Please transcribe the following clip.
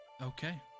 Okay